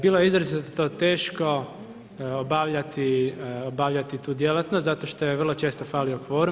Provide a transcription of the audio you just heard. Bilo je izrazito teško obavljati tu djelatnost zato što je vrlo često falio kvorum.